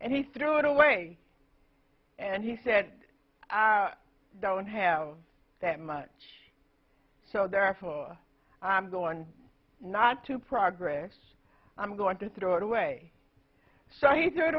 and he threw it away and he said i don't have that much so therefore i'm gone not to progress i'm going to throw it away so he threw it